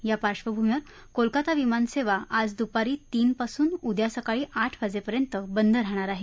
या पार्श्वभूमीवर कोलकाता विमानसेवा आज दुपारी तीनपासून उद्या सकाळी आठ वाजेपर्यंत बंद राहणार आहे